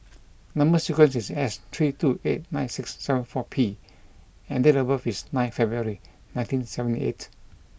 number sequence is S three two eight nine six seven four P and date of birth is nine February nineteen seventy eight